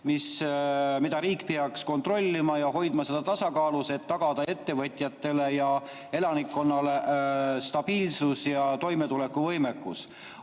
elekter. Riik peaks seda kontrollima ja hoidma tasakaalus, et tagada ettevõtjatele ja elanikkonnale stabiilsus ja toimetulekuvõimekus.